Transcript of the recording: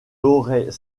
aurait